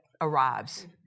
arrives